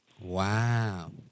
Wow